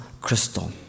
crystal